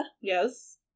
Yes